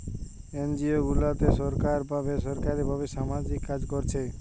NGO গুলাতে সরকার বা বেসরকারী ভাবে সামাজিক কাজ কোরছে